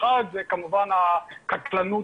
האחד זה כמובן הקטלנות